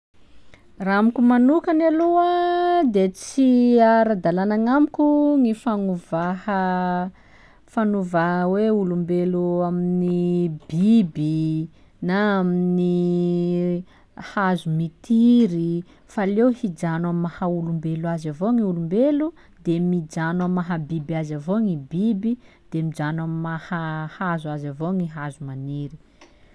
Raha amiko manokana aloha de tsy ara-dàlana agnamiko ny fagnovaha fanovà hoe olombelo amin'ny biby na amin'ny hazo mitiry f'aleo hijano amy maha olombelo azy avao gny olombelo, de mijano amy maha biby azy avao gny biby, de mijano amy maha hazo azy avao gny hazo maniry.